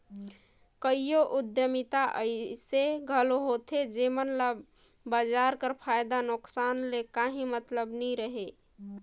कइयो उद्यमिता अइसे घलो होथे जेमन ल बजार कर फयदा नोसकान ले काहीं मतलब नी रहें